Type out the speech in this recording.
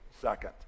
second